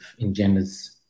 engenders